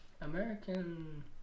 American